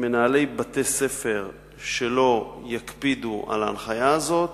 מנהלי בתי-ספר שלא יקפידו על ההנחיה הזאת,